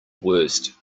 worst